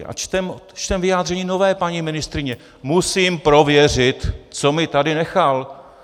A čteme vyjádření nové paní ministryně musím prověřit, co mi tady nechal.